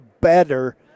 better